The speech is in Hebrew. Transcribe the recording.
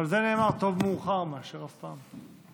ועל זה נאמר: טוב מאוחר מאשר אף פעם.